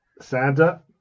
Santa